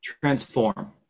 transform